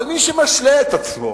אבל מי שמשלה את עצמו